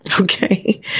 okay